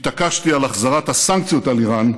התעקשתי על החזרת הסנקציות על איראן,